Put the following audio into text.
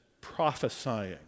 prophesying